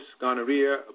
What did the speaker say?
gonorrhea